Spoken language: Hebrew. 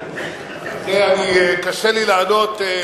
קשה לי לענות.